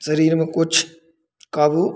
शरीर पे कुछ क़ाबू